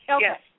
yes